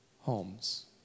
homes